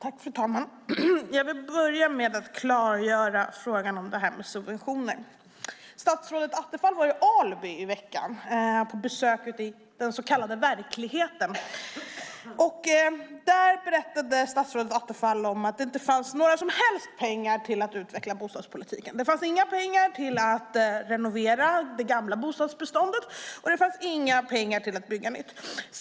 Fru talman! Jag vill börja med att klargöra frågan om det här med subventioner. Statsrådet Attefall var i Alby i veckan, på besök ute i den så kallade verkligheten. Där berättade statsrådet Attefall att det inte fanns några som helst pengar till att utveckla bostadspolitiken. Det fanns inga pengar till att renovera det gamla bostadsbeståndet, och det fanns inga pengar till att bygga nytt.